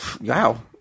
Wow